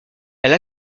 elle